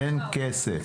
תן כסף,